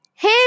hey